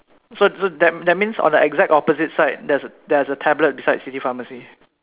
so so that that's means on the exact opposite side there's there's a tablet beside city pharmacy